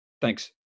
Thanks